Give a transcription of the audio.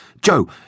Joe